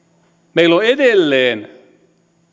meillä on edelleen